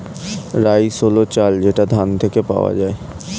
rice হল চাল যেটা ধান থেকে পাওয়া যায়